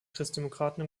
christdemokraten